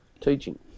teaching